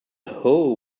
whole